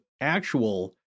actual